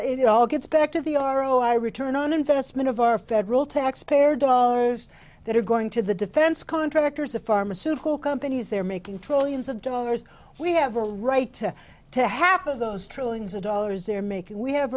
well it all gets back to the r o i return on investment of our federal taxpayer dollars that are going to the defense contractors of pharmaceutical companies they're making trillions of dollars we have a right to happen those trillions of dollars they're making we have